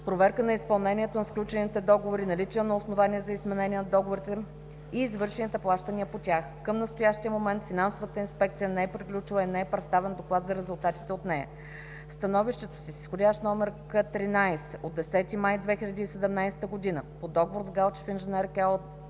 проверка на изпълнението на сключените договори, наличие на основания за изменение на договорите и извършените плащания по тях. Към настоящия момент финансовата инспекция не е приключила и не е представен доклад за резултатите от нея. В становището си с изх. № К-13 от 10 май 2017 г., по договор с „Галчев инженеринг“ ЕООД